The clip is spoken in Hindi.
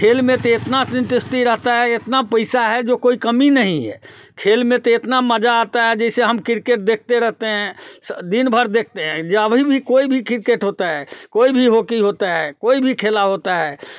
खेल में तो इतना इंटरेस्ट ही रहता है इतना पैसा है जो कोई कमी नहीं है खेल में तो इतना मज़ा आता है जैसे हम किर्केट देखते रहते हैं दिन भर देखते हैं जब भी कोई भी किर्केट होता है कोई भी हॉकी होता है कोई भी खेल होता है